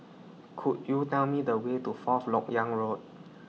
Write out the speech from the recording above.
Could YOU Tell Me The Way to Fourth Lok Yang Road